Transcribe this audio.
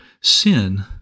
Sin